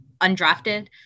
undrafted